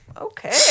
okay